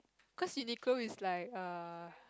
cause Uniqlo is like err